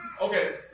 Okay